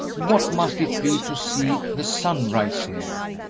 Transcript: what must it be to see the sunrise here!